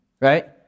right